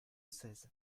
seize